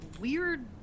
weird